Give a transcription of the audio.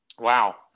Wow